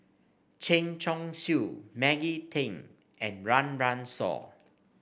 Chen Chong Swee Maggie Teng and Run Run Shaw